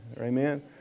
Amen